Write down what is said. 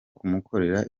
kumukorera